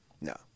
No